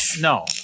no